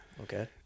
Okay